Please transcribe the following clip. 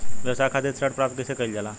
व्यवसाय खातिर ऋण प्राप्त कइसे कइल जाला?